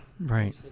right